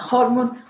Hormone